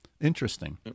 Interesting